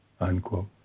Unquote